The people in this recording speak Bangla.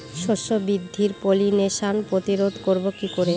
শস্য বৃদ্ধির পলিনেশান প্রতিরোধ করব কি করে?